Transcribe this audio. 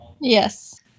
Yes